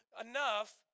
enough